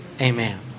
Amen